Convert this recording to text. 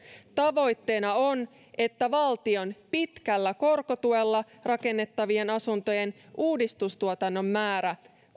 tavoitteena on että valtion pitkällä korkotuella rakennettavien asuntojen uudistuotannon määrä